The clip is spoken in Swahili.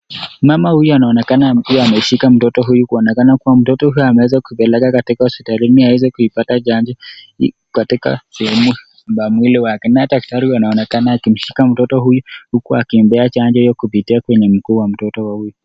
Mama huyu anaonekana pia ameshika mtoto huyu kuonekana kuwa mtoto huyu ameweza kupelekwa katika hospitalini aweze kuipata chanjo katika sehemu ya mwili wake ,naye daktari huyu anaonekana akimshika mtoto huyu huku akimpea chanjo kupitia kwenye mguu wa mtoto huyu.